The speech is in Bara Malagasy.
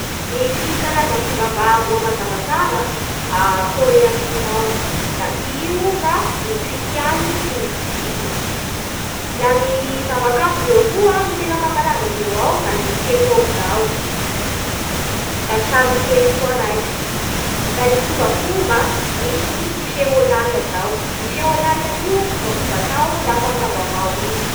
Misy karazam-pivavaka roa mazava tsara a Kore Atsimo ao, da tsy ino fa ny kristiany sy ny bodisma Laha ny zava-kanto ndreo koa ny tena mampalaza andreo ao da ny Kpop zao Da ny sary mihetsiky koa raiky Da ny fombafomba misy ny Seollal zao I Seollal zao da fombafomba atao lafa amin'ny tao-baovao iny